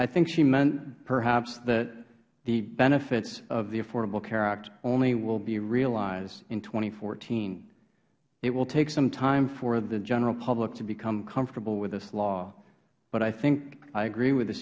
i think she meant perhaps that the benefits of the affordable care act only will be realized in two thousand and fourteen it will take some time for the general public to become comfortable with this law but i think i agree with the